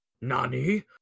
Nani